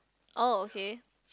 oh okay